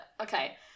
okay